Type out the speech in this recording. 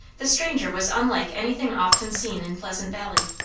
the stranger was unlike anything often seen in pleasant valley.